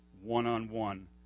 one-on-one